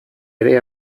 ere